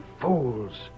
fools